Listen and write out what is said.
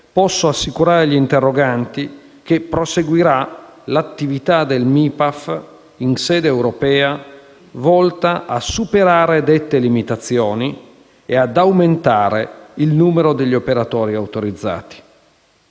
posso assicurare agli interroganti che proseguirà l'attività del MIPAAF in sede europea volta a superare dette limitazioni e ad aumentare il numero degli operatori autorizzati.